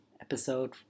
episode